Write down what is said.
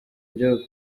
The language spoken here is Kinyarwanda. igihugu